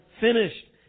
finished